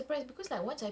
oh